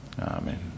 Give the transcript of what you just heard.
Amen